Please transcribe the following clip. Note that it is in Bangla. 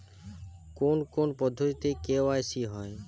কোন কোন পদ্ধতিতে কে.ওয়াই.সি হয়?